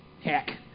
heck